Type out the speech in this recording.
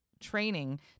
training